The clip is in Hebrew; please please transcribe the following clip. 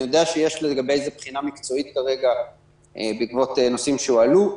אני יודע שיש לגבי זה בחינה מקצועית בעקבות נושאים שהועלו.